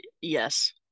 yes